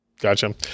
Gotcha